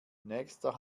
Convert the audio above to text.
nächster